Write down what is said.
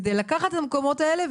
כדי לתקן את המקומות האלה.